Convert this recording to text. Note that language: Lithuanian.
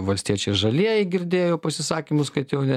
valstiečiai ir žalieji girdėjau pasisakymus kad jau ne